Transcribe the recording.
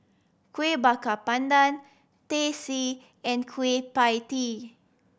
Kuih Bakar Pandan Teh C and Kueh Pie Tee